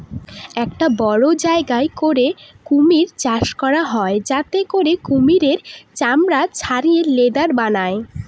একটা বড়ো জায়গা করে কুমির চাষ করা হয় যাতে করে কুমিরের চামড়া ছাড়িয়ে লেদার বানায়